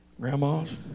Grandmas